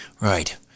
right